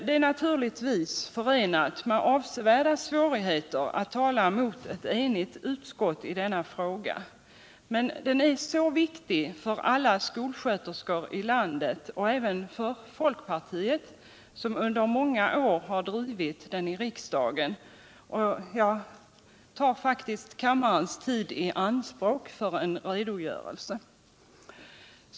Det är naturligtvis förenat med avsevärda svårigheter att tala mot ett enigt utskott i denna fråga, men den är så viktig för alla skolsköterskor i landet och även för folkpartiet, som under många år drivit den i riksdagen, att jag tar kammarens tid i anspråk för en redogörelse.